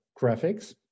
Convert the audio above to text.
graphics